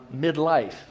Midlife